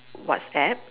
WhatsApp